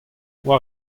war